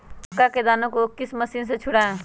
मक्का के दानो को किस मशीन से छुड़ाए?